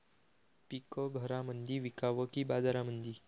पीक घरामंदी विकावं की बाजारामंदी?